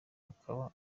akaba